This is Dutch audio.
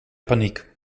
paniek